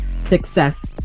success